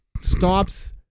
stops